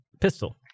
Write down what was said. Pistol